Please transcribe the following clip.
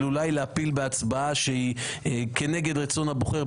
של אולי להפיל בהצבעה שהיא כנגד רצון הבוחר,